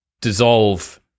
dissolve